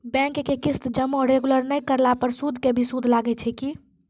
Bank के किस्त जमा रेगुलर नै करला पर सुद के भी सुद लागै छै कि?